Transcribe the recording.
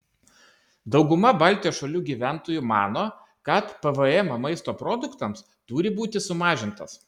dauguma baltijos šalių gyventojų mano kad pvm maisto produktams turi būti sumažintas